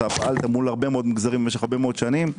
פעלת מול הרבה מאוד מגזרים משך הרבה מאוד שנים,